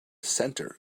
center